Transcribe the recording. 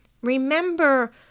Remember